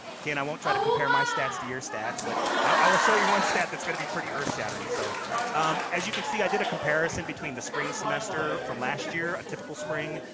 i won't try to compare my stats to your stats. but i will show you one stat that's going to be pretty earth-shattering. so as you can see, i did a comparison between the spring semester from last year, a typical spring,